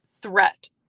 threat